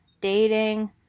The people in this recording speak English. dating